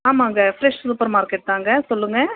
ஆமாங்க fresh supermarket தாங்க சொல்லுங்கள்